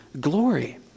glory